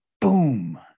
Boom